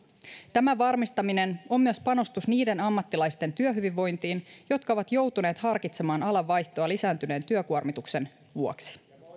tämän varmistaminen on myös panostus niiden ammattilaisten työhyvinvointiin jotka ovat joutuneet harkitsemaan alanvaihtoa lisääntyneen työkuormituksen vuoksi